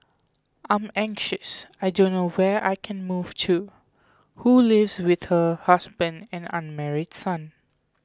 I'm anxious I don't know where I can move to who lives with her husband and unmarried son